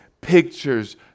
pictures